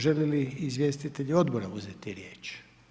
Želi li izvjestitelj odbora uzeti riječ?